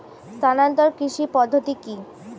স্থানান্তর কৃষি পদ্ধতি কি?